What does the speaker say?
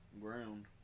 ground